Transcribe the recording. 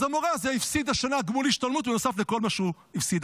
אז המורה הזה הפסיד השנה גמול השתלמות בנוסף לכל מה שהוא הפסיד.